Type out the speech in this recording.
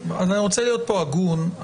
אני רוצה להיות פה הגון.